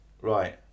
Right